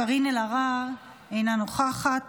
קארין אלהרר, אינה נוכחת.